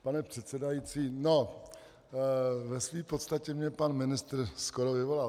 Pane předsedající, ve své podstatě mě pan ministr skoro vyvolal.